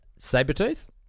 Sabretooth